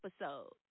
episode